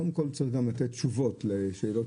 קודם כל צריך גם לתת תשובות לשאלות